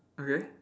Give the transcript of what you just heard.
okay